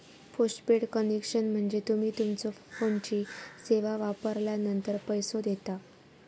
postpaid connection म्हणजे तुम्ही तुमच्यो फोनची सेवा वापरलानंतर पैसो देता